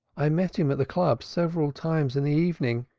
i met him at the club several times in the evening,